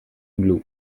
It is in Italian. blu